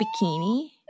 bikini